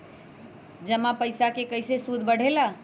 जमा पईसा के कइसे सूद बढे ला?